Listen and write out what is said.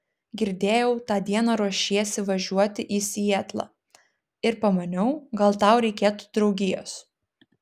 girdėjau tą dieną ruošiesi važiuoti į sietlą ir pamaniau gal tau reikėtų draugijos